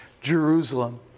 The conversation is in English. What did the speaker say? Jerusalem